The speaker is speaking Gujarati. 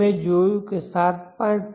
અમે જોયું કે 7